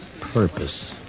purpose